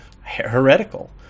heretical